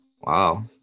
Wow